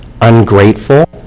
ungrateful